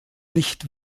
nicht